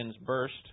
burst